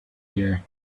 here